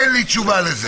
אין לי תשובה לזה.